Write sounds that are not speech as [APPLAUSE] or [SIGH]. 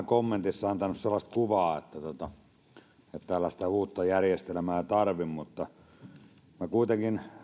[UNINTELLIGIBLE] kommentissaan antanut sellaista kuvaa että tällaista uutta järjestelmää ei tarvita mutta minä kuitenkin